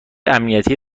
امنیتی